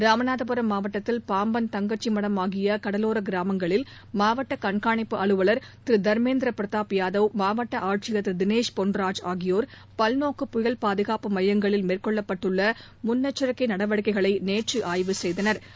ராமநாதபுரம் மாவட்டத்தில் பாம்பன் தங்கச்சிடம் ஆகிய கடலோர கிராமங்களில் மாவட்ட கண்காணிப்பு அலுவலர் திரு தர்மேந்திர பிரதாப் யாதவ் மாவட்ட ஆட்சியர் திரு தினேஷ் பொன்ராஜ் ஆகியோர் பல்நோக்கு புயல் பாதுகாப்பு மையங்களில் மேற்கொள்ளப்பட்டுள்ள முன்னெச்சிக்கை நடவடிக்கைகளை நேற்று ஆய்வு செய்தனா்